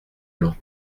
l’an